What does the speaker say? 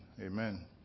Amen